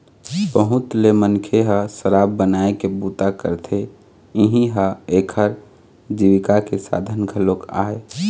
बहुत ले मनखे ह शराब बनाए के बूता करथे, इहीं ह एखर जीविका के साधन घलोक आय